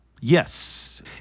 Yes